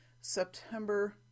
September